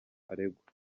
aregwa